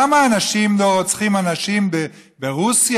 למה אנשים לא רוצחים אנשים ברוסיה,